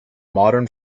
modern